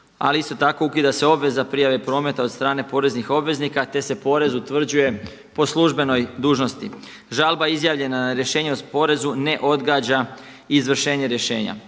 Ali isto tako, ukida se obveza prijave prometa od strane poreznih obveznika te se porez utvrđuje po službenoj dužnosti. Žalba izjavljena na Rješenje o porezu ne odgađa izvršenje rješenja.